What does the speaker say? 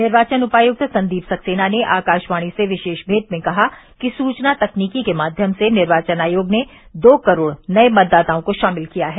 निर्वाचन उपायुक्त संदीप सक्सेना ने आकाशवाणी से विशेष मेंट में कहा कि सूचना तकनीकी के माध्यम से निर्वाचन आयोग ने दो करोड़ नये मतदाताओं को शामिल किया है